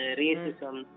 racism